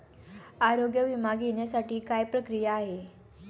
आरोग्य विमा घेण्यासाठी काय प्रक्रिया आहे?